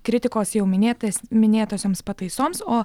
kritikos jau minėtais minėtosioms pataisoms o